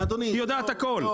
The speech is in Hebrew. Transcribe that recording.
היא יודעת הכול --- אדוני,